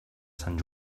sant